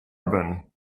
urban